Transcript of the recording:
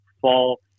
fall